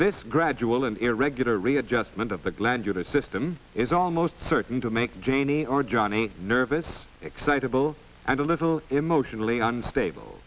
this gradual and irregular readjustment of the glandular system is almost certain to make janie or johnny nervous excitable and a little emotionally unstable